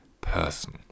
person